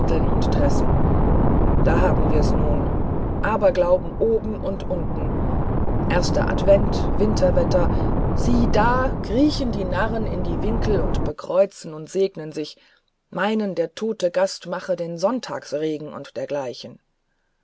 und tressen da haben wir's nun aberglaube oben und unten erster advent winterwetter sieh da kriechen die narren in die winkel und bekreuzen und segnen sich meinen der tote gast mache den sonntagsregen und dergleichen